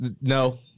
No